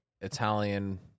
Italian